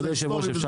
כבוד היושב ראש,